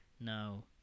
No